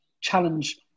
challenge